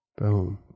Boom